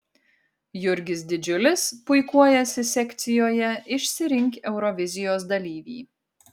jurgis didžiulis puikuojasi sekcijoje išsirink eurovizijos dalyvį